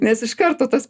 nes iš karto tas